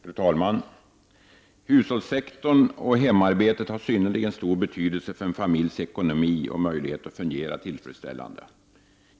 Fru talman! Hushållssektorn och hemarbetet har synnerligen stor betydelse för en familjs ekonomi och möjlighet att fungera tillfredsställande.